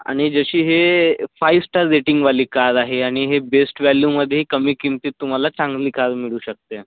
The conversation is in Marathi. आणि जशी हे फाईव्ह स्टार रेटिंगवाली कार आहे आणि हे बेस्ट व्हॅल्यूमध्ये कमी किमतीत तुम्हाला चांगली कार मिळू शकते